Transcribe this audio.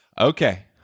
Okay